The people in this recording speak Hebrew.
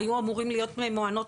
היו אמורים להיות ממוענות